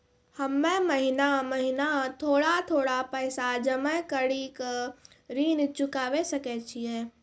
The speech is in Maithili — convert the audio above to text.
हम्मे महीना महीना थोड़ा थोड़ा पैसा जमा कड़ी के ऋण चुकाबै सकय छियै?